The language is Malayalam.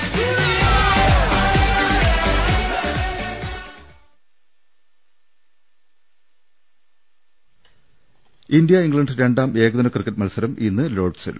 രദേഷ്ടെടു ഇന്ത്യ ഇംഗ്ലണ്ട് രണ്ടാം ഏകദിന ക്രിക്കറ്റ് മത്സരം ഇന്ന് ലോഡ്സിൽ